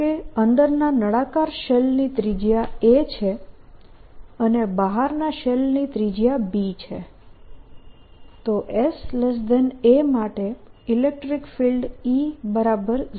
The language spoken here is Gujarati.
ધારો કે અંદરના નળાકાર શેલ ની ત્રિજ્યા a છે અને બહારના શેલની ત્રિજ્યા b છે તો Sa માટે ઇલેક્ટ્રીક ફિલ્ડ E0 છે